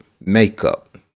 makeup